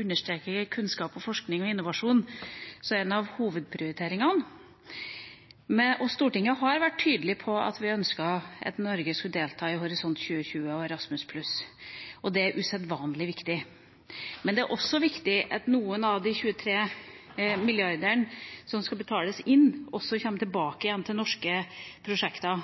understreker kunnskap, forskning og innovasjon som en av hovedprioriteringene. Stortinget har vært tydelig på at vi ønsker at Norge skal delta i Horisont 2020 og Erasmus Pluss. Det er usedvanlig viktig. Men det er også viktig at noen av de 23 milliardene som skal betales inn, kommer tilbake igjen til norske prosjekter.